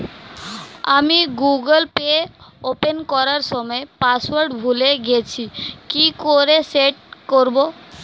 আমি Google pay open করার সময় পাসওয়ার্ড ভুলে গেছি কি করে সেট করব?